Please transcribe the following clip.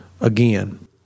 again